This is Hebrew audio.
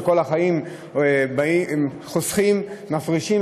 שכל החיים הם חוסכים ומפרישים,